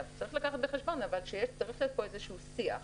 אבל צריך לקחת בחשבון שצריך להיות פה איזשהו שיח,